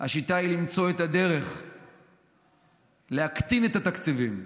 השיטה היא למצוא את הדרך להקטין את התקציבים.